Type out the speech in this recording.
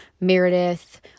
Meredith